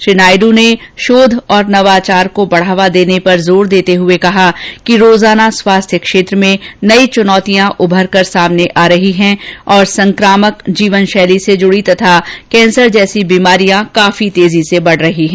श्री नायड् ने शोध और नवाचार को बढावा देने पर जोर देते हुए कहा कि प्रतिदिन स्वास्थ्य क्षेत्र में नयी चुनौतियां उभर कर सामने आ रही हैं और संकामक जीवनशैली से जुड़ी तथा कैंसर जैसी बीमारियां काफी तेजी से बढ रही है